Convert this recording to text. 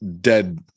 dead